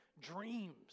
dreams